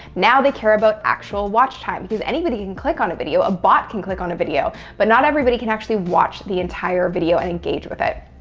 now they care about actual watch time, because anybody can click on a video, a bot can click on a video, but not everybody can actually watch the entire video and engage with it.